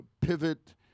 pivot